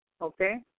okay